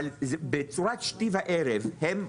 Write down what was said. אבל זה בצורת שתי וערב - הם,